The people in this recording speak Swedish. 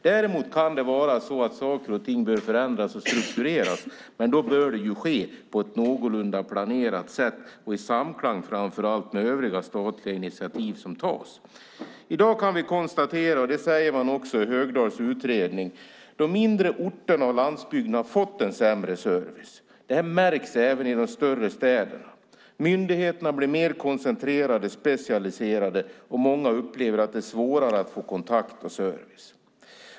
Däremot kan det vara så att saker och ting behöver förändras och struktureras, men då bör det ske på ett någorlunda planerat sätt och framför allt i samklang med övriga statliga initiativ som tas. I dag kan vi konstatera - det sägs också i Högdahls utredning - att de mindre orterna och landsbygden har fått en sämre service. Det märks även i de större städerna. Myndigheterna blir mer koncentrerade och specialiserade, och många upplever att det är svårare att få kontakt och service.